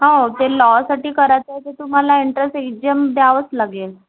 हो ते लॉसाठी कराचं आहे ते तुम्हाला एंट्रन्स एक्जाम द्यावंच लागेल